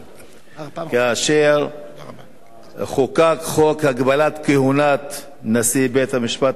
מאז חוקק חוק הגבלת כהונת נשיא בית-המשפט העליון,